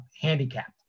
handicapped